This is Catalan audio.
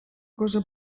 cosa